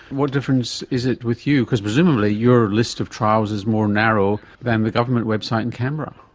what difference is it with you? because presumably your list of trials is more narrow than the government website in canberra.